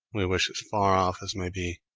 we wish as far off as may be.